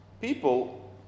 People